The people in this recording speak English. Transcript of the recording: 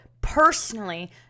personally